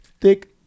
thick